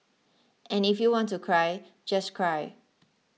and if you want to cry just cry